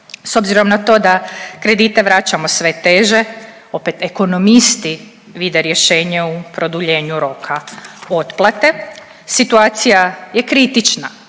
S obzirom na to da kredite vraćamo sve teže, opet ekonomisti vide rješenje u produljenju roka otplate. Situacija je kritična